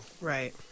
Right